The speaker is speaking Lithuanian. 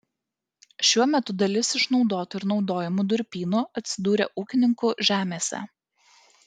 šiuo metu dalis išnaudotų ir naudojamų durpynų atsidūrė ūkininkų žemėse